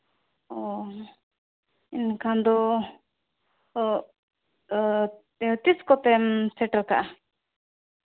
ᱚ ᱮᱱᱠᱷᱟᱱ ᱫᱚ ᱛᱤᱥ ᱠᱚᱛᱮᱢ ᱥᱮᱴᱮᱨ ᱠᱟᱜᱼᱟ